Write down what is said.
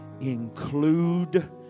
include